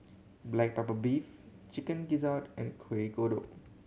black pepper beef Chicken Gizzard and Kuih Kodok